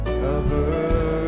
cover